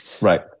Right